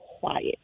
Quiet